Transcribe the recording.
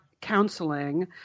counseling